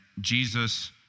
Jesus